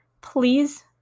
Please